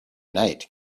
night